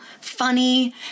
funny